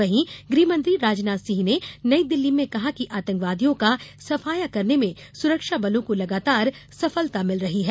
वहीं गृहमंत्री राजनाथ सिंह ने नई दिल्ली में कहा है कि आतंकवादियों का सफाया करने में सुरक्षाबलों को लगातार सफलता मिल रही है